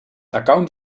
account